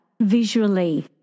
visually